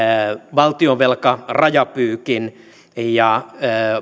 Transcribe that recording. valtionvelkarajapyykin ja